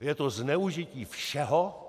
Je to zneužití všeho